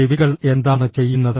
ചെവികൾ എന്താണ് ചെയ്യുന്നത്